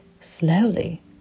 slowly